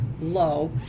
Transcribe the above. low